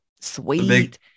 sweet